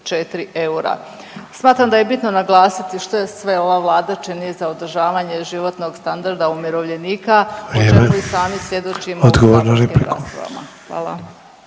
464 eura. Smatram da je bitno naglasiti što je sve ova Vlada čini za održavanje životnog standarda umirovljenika, o čemu .../Upadica: Vrijeme./...